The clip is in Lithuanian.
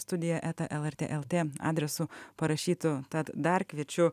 studija eta lrt el tė adresu parašytu tad dar kviečiu